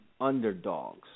underdogs